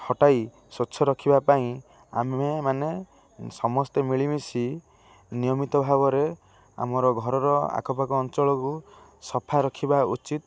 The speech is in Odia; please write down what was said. ହଟାଇ ସ୍ୱଚ୍ଛ ରଖିବା ପାଇଁ ଆମେମାନେ ସମସ୍ତେ ମିଳିମିଶି ନିୟମିତ ଭାବରେ ଆମର ଘରର ଆଖପାଖ ଅଞ୍ଚଳକୁ ସଫା ରଖିବା ଉଚିତ